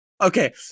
Okay